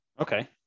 okay